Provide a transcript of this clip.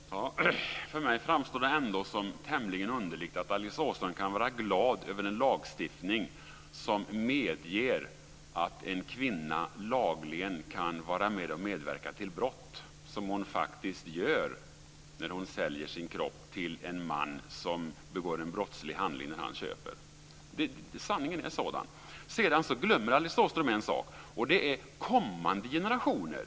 Fru talman! För mig framstår det ändå som tämligen underligt att Alice Åström kan vara glad över en lagstiftning som medger att en kvinna lagligen kan vara med och medverka till brott, som hon faktiskt gör när hon säljer sin kropp till en man som begår en brottslig handling när han köper den. Sanningen är sådan. Sedan glömmer Alice Åström en sak, nämligen kommande generationer.